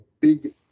big